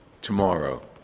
tomorrow